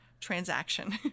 transaction